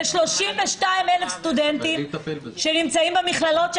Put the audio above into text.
זה 32,000 סטודנטים שלומדים במכללות,